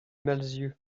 malzieu